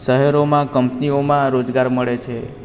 શહેરોમાં કંપનીઓમાં રોજગાર મળે છે